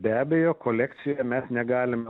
be abejo kolekcijoje mes negalime